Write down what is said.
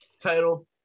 title